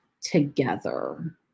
together